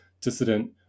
dissident